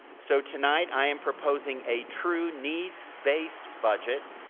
so, tonight i am proposing a true needs-based budget,